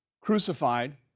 crucified